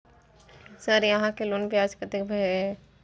Sir यहां के loan ब्याज कतेक भेलेय?